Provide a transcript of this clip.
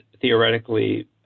theoretically